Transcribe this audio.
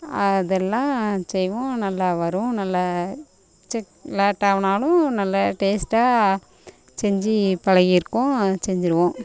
அதெல்லாம் செய்வோம் நல்லா வரும் நல்ல செக் லேட்டாக ஆகுனாலும் நல்ல டேஸ்ட்டாக செஞ்சு பழகிருக்கோம் செஞ்சிருவோம்